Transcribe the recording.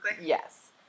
Yes